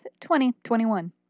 2021